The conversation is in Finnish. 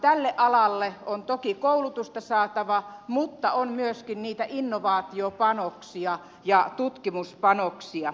tälle alalle on toki koulutusta saatava mutta on myöskin niitä innovaatiopanoksia ja tutkimuspanoksia